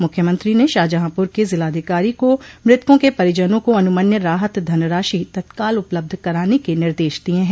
मुख्यमंत्री ने शाहजहांपुर के जिलाधिकारी को मृतकों के परिजनों को अनुमन्य राहत धनराशि तत्काल उपलब्ध कराने के निर्देश दिय हैं